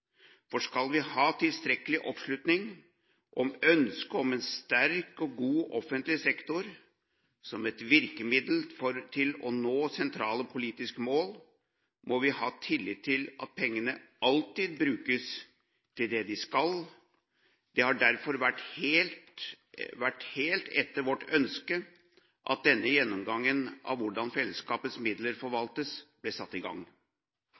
forvaltningen skal fungere prikkfritt. Skal vi ha tilstrekkelig oppslutning om ønsket om en sterk og god offentlig sektor som et virkemiddel til å nå sentrale politiske mål, må vi ha tillit til at pengene alltid brukes til det de skal. Det har derfor vært helt etter vårt ønske at denne gjennomgangen av hvordan fellesskapets midler forvaltes, ble satt i gang.